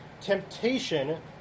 Temptation